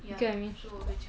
you get what I mean